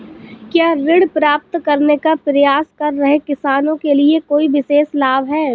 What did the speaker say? क्या ऋण प्राप्त करने का प्रयास कर रहे किसानों के लिए कोई विशेष लाभ हैं?